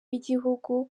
w’igihugu